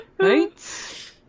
Right